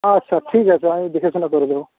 আচ্ছা ঠিক আছে আমি দেখে শুনে করে দেব